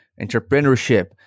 entrepreneurship